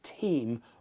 team